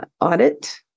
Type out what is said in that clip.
audit